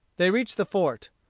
they reached the fort.